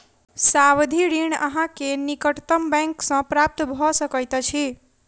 सावधि ऋण अहाँ के निकटतम बैंक सॅ प्राप्त भ सकैत अछि